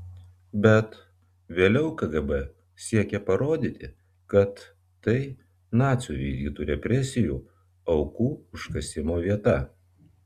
bet vėliau kgb siekė parodyti kad tai nacių vykdytų represijų aukų užkasimo vieta